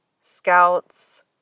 scouts